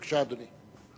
בבקשה, אדוני.